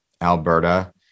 Alberta